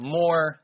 more